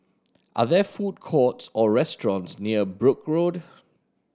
are there food courts or restaurants near Brooke Road